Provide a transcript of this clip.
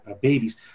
babies